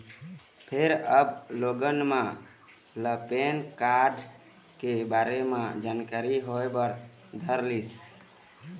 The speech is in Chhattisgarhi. फेर अब लोगन मन ल पेन कारड के बारे म जानकारी होय बर धरलिस